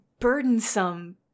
burdensome